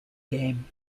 game